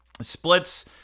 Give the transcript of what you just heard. splits